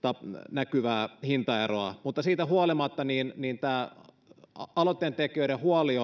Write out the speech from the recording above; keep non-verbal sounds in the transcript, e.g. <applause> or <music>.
näkyvää hintaeroa mutta siitä huolimatta tämä aloitteen tekijöiden huoli <unintelligible>